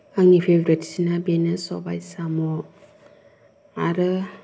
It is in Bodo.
आंनि फेभराइटसिना बेनो सबाय साम' आरो